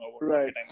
right